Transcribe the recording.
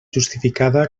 justificada